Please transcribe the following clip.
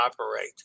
operate